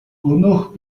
өнөөх